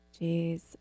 Jeez